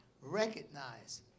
recognize